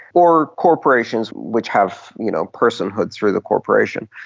or corporations which have you know personhood through the corporation.